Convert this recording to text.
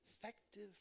effective